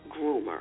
groomer